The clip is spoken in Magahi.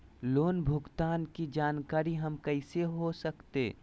लोन भुगतान की जानकारी हम कैसे हो सकते हैं?